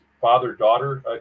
father-daughter